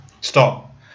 Stop